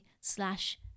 slash